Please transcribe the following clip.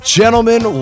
gentlemen